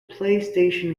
playstation